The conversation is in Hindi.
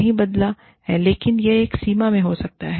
नहीं बदला है लेकिन यह एक सीमा में हो सकता है